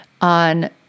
on